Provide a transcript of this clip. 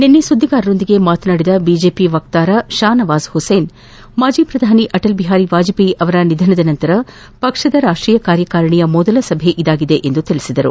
ನಿನ್ನೆ ಸುದ್ದಿಗಾರರೊಂದಿಗೆ ಮಾತನಾಡಿದ ಬಿಜೆಪಿ ವಕ್ತಾರ ಷಾ ನವಾಜ್ ಹುಸೇನ್ ಮಾಜಿ ಪ್ರಧಾನಿ ಅಟಲ್ ಬಿಹಾರಿ ವಾಜಪೇಯಿ ಅವರ ನಿಧನದ ನಂತರ ಪಕ್ಷದ ರಾಷ್ಟೀಯ ಕಾರ್ಯಕಾರಿಣಿಯ ಮೊದಲ ಸಭೆ ಇದಾಗಿದೆ ಎಂದು ತಿಳಿಸಿದರು